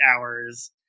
hours